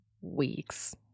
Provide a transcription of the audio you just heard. weeks